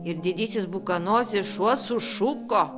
ir didysis bukanosis šuo sušuko